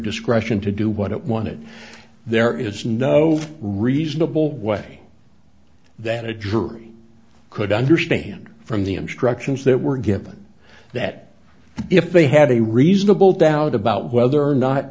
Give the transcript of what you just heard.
discretion to do what it wanted there is no reasonable way that a jury could understand from the instructions that were given that if they had a reasonable doubt about whether or not